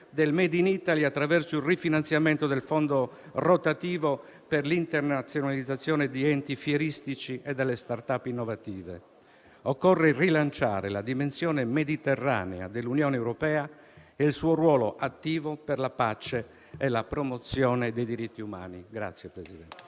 del *made in Italy* attraverso il rifinanziamento del fondo rotativo per l'internazionalizzazione di enti fieristici e delle *start-up* innovative. Occorre rilanciare la dimensione mediterranea dell'Unione europea e il suo ruolo attivo per la pace e la promozione dei diritti umani.